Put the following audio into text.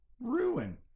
Ruin